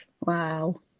Wow